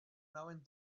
nauen